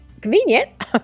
convenient